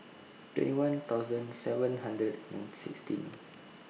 twenty one thousand seven hundred and sixteen